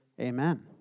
Amen